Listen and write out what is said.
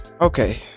Okay